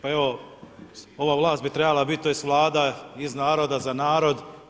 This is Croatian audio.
Pa evo ova vlast bi trebala bit, tj. Vlada iz naroda, za narod.